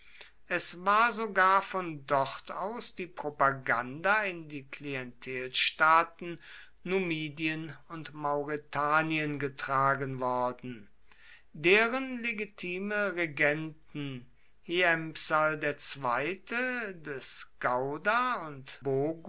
es war sogar von dort aus die propaganda in die klientelstaaten numidien und mauretanien getragen worden deren legitime regenten hiempsal ii des gauda und